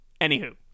Anywho